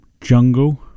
jungle